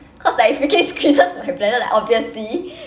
cause like it freaking squeezes my bladder like obviously